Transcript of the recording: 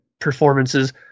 performances